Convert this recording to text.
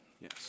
Yes